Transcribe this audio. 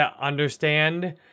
understand